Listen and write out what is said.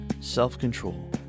self-control